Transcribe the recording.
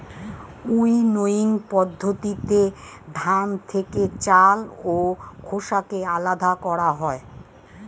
winnowing পদ্ধতিতে ধান থেকে চাল ও খোসাকে আলাদা করা হয়